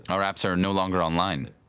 our apps are no longer online.